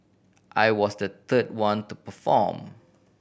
I was the third one to perform